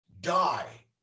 die